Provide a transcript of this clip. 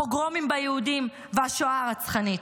הפוגרומים ביהודים והשואה הרצחנית.